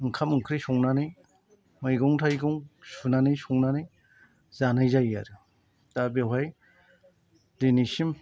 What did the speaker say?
ओंखाम ओंख्रि संनानै मैगं थाइगं सुनानै संनानै जानाय जायो आरो दा बेवहाय दिनैसिम